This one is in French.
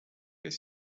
les